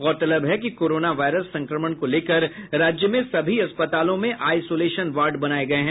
गौरतलब है कि कोरोना वायरस संक्रमण को लेकर राज्य में सभी अस्पतालों में आइसोलेशन वार्ड बनाये गये हैं